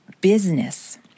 business